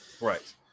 Right